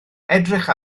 edrych